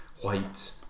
white